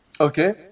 Okay